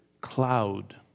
cloud